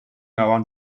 around